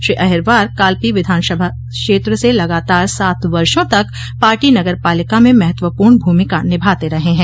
श्री अहिरवार काल्पी विधानसभा क्षेत्र से लगातार सात वर्षो तक पार्टी नगर पालिका में महत्वपूर्ण भूमिका निभाते रहे हैं